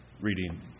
reading